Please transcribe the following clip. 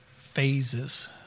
phases